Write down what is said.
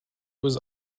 was